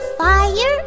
fire